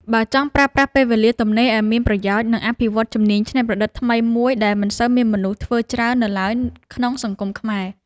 យើងចង់ប្រើប្រាស់ពេលវេលាទំនេរឱ្យមានប្រយោជន៍ និងអភិវឌ្ឍជំនាញច្នៃប្រឌិតថ្មីមួយដែលមិនសូវមានមនុស្សធ្វើច្រើននៅឡើយក្នុងសង្គមខ្មែរ។